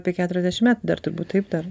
apie keturiasdešim metų dar turbūt taip dar